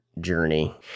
journey